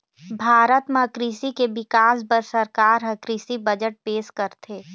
भारत म कृषि के बिकास बर सरकार ह कृषि बजट पेश करथे